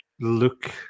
look